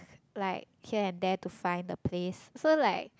like here and there to find the place so like